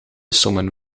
sommen